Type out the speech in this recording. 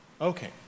Okay